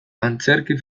antzerki